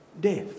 death